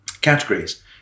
categories